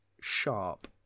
sharp